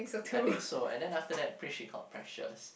I think so and then after that Pris she called Precious